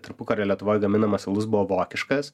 tarpukario lietuvoj gaminamas alus buvo vokiškas